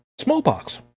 smallpox